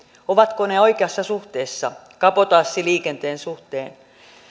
ovatko ne oikeassa suhteessa kabotaasiliikenteen suhteen